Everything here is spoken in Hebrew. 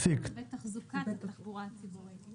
פסיק --- ותחזוקת התחבורה הציבורית.